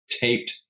taped